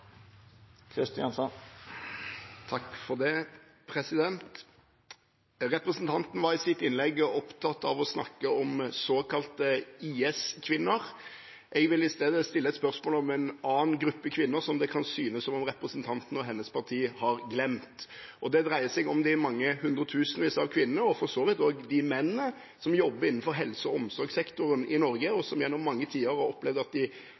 Representanten var i sitt innlegg opptatt av å snakke om såkalte IS-kvinner. Jeg vil i stedet stille spørsmål om en annen gruppe kvinner som det kan synes som om representanten og hennes parti har glemt. Det dreier seg om de mange hundretusenvis av kvinner, og for så vidt også menn, som jobber innenfor helse- og omsorgssektoren i Norge, og som gjennom mange tiår har opplevd at de